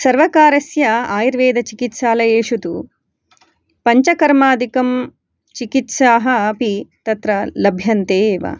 सर्वकारस्य आयुर्वेदचिकित्सालयेषु तु पञ्चकर्मादिकं चिकित्साः अपि तत्र लभ्यन्ते एव